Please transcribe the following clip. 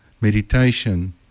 meditation